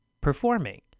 performing